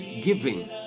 giving